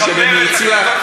זה לא משנה מי הציע,